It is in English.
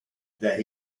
that